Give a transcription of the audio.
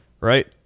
Right